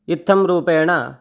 इत्थं रूपेण